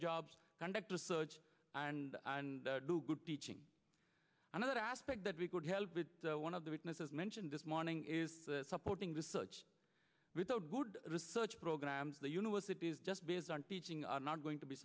jobs conduct research and do good teaching another aspect that we could help with one of the witnesses mentioned this morning is supporting the search without good research programs the universities just based on teaching are not going to be